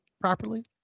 properly